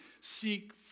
seek